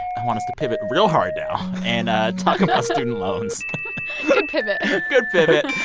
i want us to pivot real hard now and ah talk about student loans good pivot good pivot.